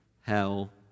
hell